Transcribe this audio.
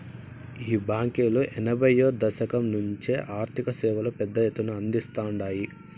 ఈ బాంకీలు ఎనభైయ్యో దశకం నుంచే ఆర్థిక సేవలు పెద్ద ఎత్తున అందిస్తాండాయి